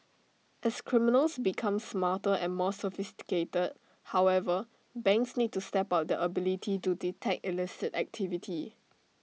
as criminals become smarter and more sophisticated however banks need to step up their ability to detect illicit activity